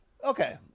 Okay